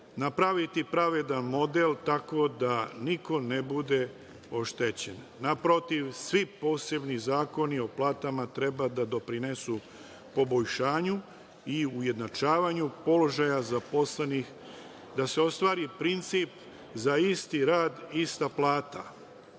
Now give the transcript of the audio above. napraviti pravedan model tako da niko ne bude oštećen. Naprotiv, svi posebni zakoni o platama treba da doprinesu poboljšanju i ujednačavanju položaja zaposlenih, da se ostvari princip za isti rad – ista plata. Reklo